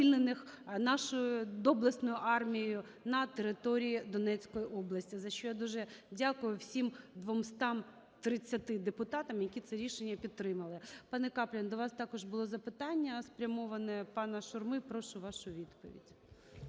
звільнених нашою доблесною армією на території Донецької області, за що я дуже дякую всім двомстам тридцяти депутатів, які це рішення підтримали. Пане Каплін, до вас також було запитання, спрямоване пана Шурми, прошу вашої відповіді.